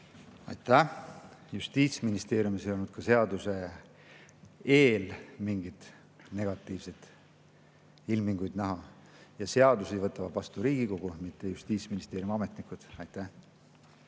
Aitäh! Justiitsministeeriumis ei olnud ka seaduse eel mingeid negatiivseid ilminguid näha ja seadusi võtab vastu Riigikogu, mitte Justiitsministeeriumi ametnikud. Aitäh!